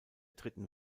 dritten